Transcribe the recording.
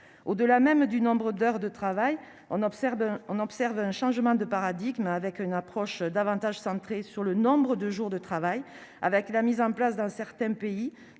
Au-delà même du nombre d'heures de travail, on observe un changement de paradigme : émerge une approche davantage centrée sur le nombre de jours de travail. Certains pays mettent en place la semaine de